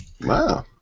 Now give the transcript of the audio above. Wow